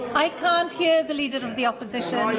i can't hear the leader of the opposition.